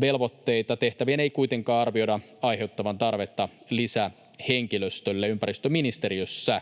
velvoitteita. Tehtävien ei kuitenkaan arvioidaan aiheuttavan tarvetta lisähenkilöstölle ympäristöministeriössä.